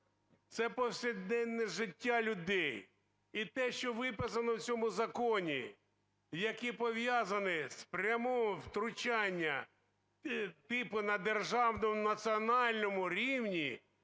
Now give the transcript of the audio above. Це повсякденне життя людей. І те, що виписано в цьому законі, яке пов'язане з прямим втручанням, типу на державному національному рівні,